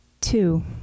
Two